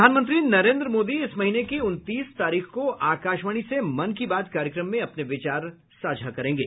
प्रधानमंत्री नरेन्द्र मोदी इस महीने की उनतीस तारीख को आकाशवाणी से मन की बात कार्यक्रम में अपने विचार साझा करेंगे